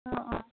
অঁ অঁ